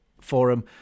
Forum